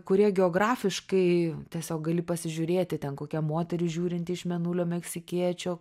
kurie geografiškai tiesiog gali pasižiūrėti ten kokią moterį žiūrinti iš mėnulio meksikiečio